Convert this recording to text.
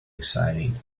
exciting